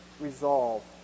resolve